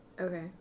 Okay